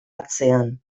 atzean